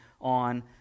on